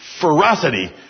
ferocity